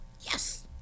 yes